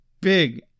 big